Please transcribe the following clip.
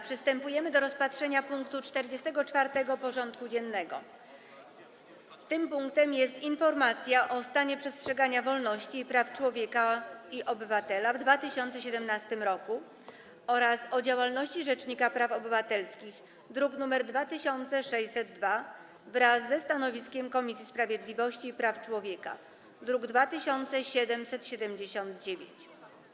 Przystępujemy do rozpatrzenia punktu 44. porządku dziennego: Informacja o stanie przestrzegania wolności i praw człowieka i obywatela w 2017 r. oraz o działalności rzecznika praw obywatelskich (druk nr 2602) wraz ze stanowiskiem Komisji Sprawiedliwości i Praw Człowieka (druk nr 2774)